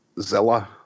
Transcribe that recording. Zilla